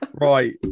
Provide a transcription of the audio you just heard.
Right